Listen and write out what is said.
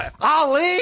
Ali